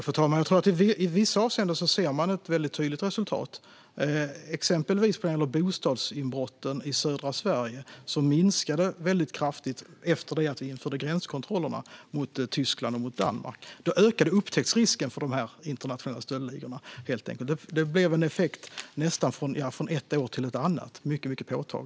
Fru talman! Jag tror att man i vissa avseenden ser ett väldigt tydligt resultat. Exempelvis bostadsinbrotten i södra Sverige minskade väldigt kraftigt efter det att vi införde gränskontrollerna mot Tyskland och Danmark. Då ökade helt enkelt upptäcktsrisken för de internationella stöldligorna, och effekten syntes mycket tydligt från ett år till ett annat.